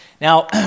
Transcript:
Now